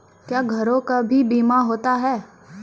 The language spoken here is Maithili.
क्या घरों का भी बीमा होता हैं?